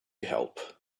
help